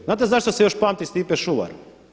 Znate zašto se još pamti Stipe Šuvar?